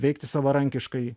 veikti savarankiškai